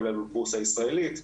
כולל בבורסה הישראלית,